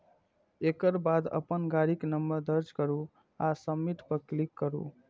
एकर बाद अपन गाड़ीक नंबर दर्ज करू आ सबमिट पर क्लिक करू